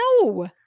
No